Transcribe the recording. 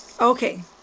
Okay